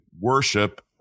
worship